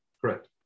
correct